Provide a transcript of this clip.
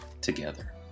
together